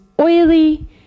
oily